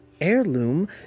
heirloom